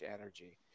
energy